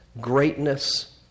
greatness